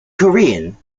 korean